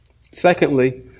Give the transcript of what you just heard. Secondly